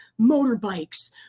motorbikes